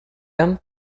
them